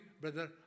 Brother